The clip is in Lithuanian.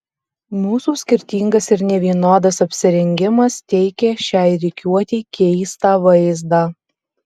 mūsų skirtingas ir nevienodas apsirengimas teikė šiai rikiuotei keistą vaizdą